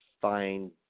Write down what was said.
find